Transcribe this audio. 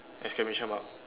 exclamation mark